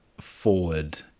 forward